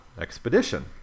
expedition